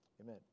amen